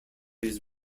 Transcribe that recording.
his